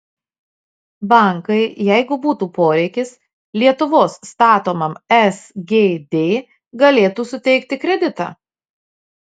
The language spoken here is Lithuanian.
bankai jeigu būtų poreikis lietuvos statomam sgd galėtų suteikti kreditą